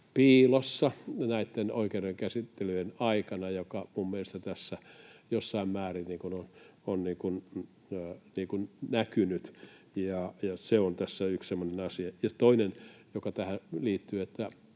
piilossa näitten oikeuskäsittelyjen aikana, mikä minun mielestäni tässä jossain määrin on näkynyt? Se on tässä yksi semmoinen asia. Toinen, joka tähän liittyy,